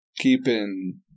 Keeping